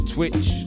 Twitch